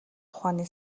ухааны